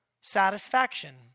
satisfaction